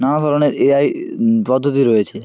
নানা ধরনের এআই পদ্ধতি রয়েছে